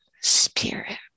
spirit